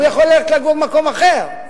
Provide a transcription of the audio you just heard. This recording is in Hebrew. הוא יכול ללכת ולגור במקום אחר.